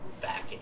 back